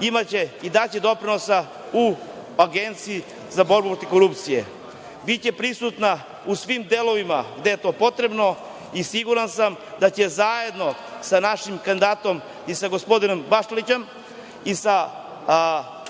imaće i daće doprinos u Agenciji za borbu protiv korupcije. Biće prisutna u svim delovima gde je to potrebno i siguran sam da će zajedno sa našim kandidatom i sa gospodinom Pašalićem i sa